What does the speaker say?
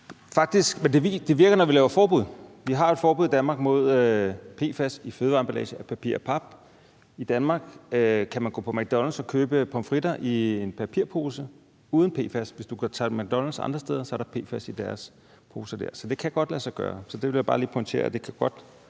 det virker, når vi laver forbud. Vi har et forbud i Danmark mod PFAS i fødevareemballage af papir og pap. I Danmark kan man gå på McDonald's og købe pomfritter i en papirpose uden PFAS. Hvis du tager på McDonald's andre steder, er der PFAS i deres poser dér. Så det kan godt lade sig gøre, og det vil jeg bare lige pointere. Det kan godt lade sig